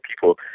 people